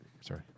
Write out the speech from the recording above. Sorry